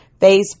Facebook